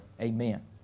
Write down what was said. Amen